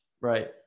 Right